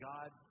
God